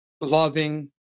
loving